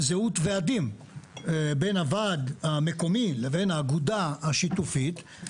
זהות ועדים בין הוועדה המקומי לבין האגודה השיתופית,